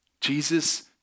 Jesus